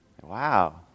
Wow